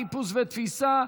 חיפוש ותפיסה),